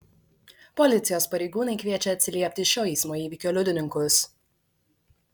policijos pareigūnai kviečia atsiliepti šio eismo įvykio liudininkus